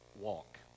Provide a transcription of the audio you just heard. walk